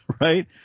Right